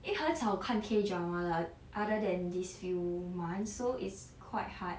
因为很少看 K drama 的 lah other than these few months so it's quite hard